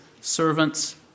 servants